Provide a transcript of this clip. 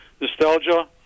nostalgia